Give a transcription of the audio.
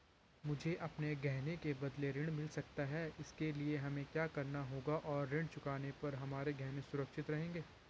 मुझे अपने गहने के बदलें ऋण मिल सकता है इसके लिए हमें क्या करना होगा और ऋण चुकाने पर हमारे गहने सुरक्षित रहेंगे?